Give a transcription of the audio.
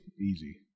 Easy